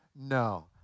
no